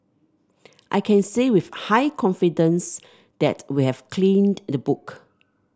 I can say with high confidence that we have cleaned the book